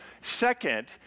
Second